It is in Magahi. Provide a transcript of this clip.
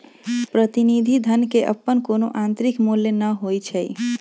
प्रतिनिधि धन के अप्पन कोनो आंतरिक मूल्य न होई छई